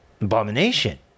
Abomination